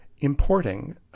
importing